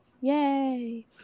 Yay